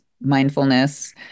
mindfulness